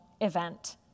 event